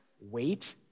Wait